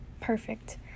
perfect